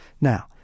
Now